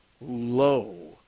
low